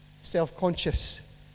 self-conscious